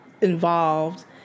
involved